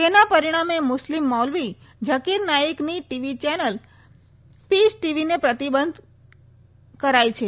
તેના પરિણામે મુસ્લિમ મૌલવી ઝકીર નાઇકની ટીવી ચેનલ પીસટીવીને પ્રતિબંધ કરાઈ છે